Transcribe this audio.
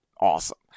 awesome